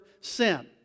sin